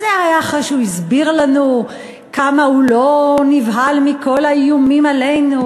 וזה היה אחרי שהוא הסביר לנו כמה הוא לא נבהל מכל האיומים עלינו,